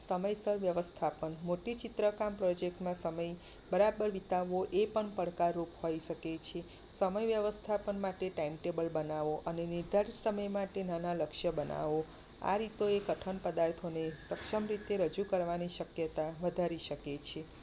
સમયસર વ્યવસ્થાપન મોટી ચિત્રકામ પ્રોજેક્ટમાં સમય બરાબર વિતાવવો એ પણ પડકારરૂપ હોય સકે છે સમય વ્યવસ્થાપન માટે ટાઈમ ટેબલ બનાવો અને નિર્ધારિત સમય માટે નાના લક્ષ્ય બનાવો આ રિતોએ કઠણ પદાર્થોને સક્ષમ રીતે રજૂ કરવાની શક્યતા વધારી શકે છે